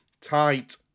tight